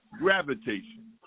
gravitation